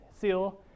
seal